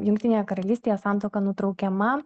jungtinėje karalystėje santuoka nutraukiama